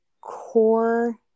core